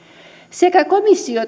sekä komissio